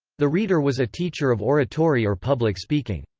the rhetor was a teacher of oratory or public speaking.